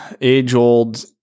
age-old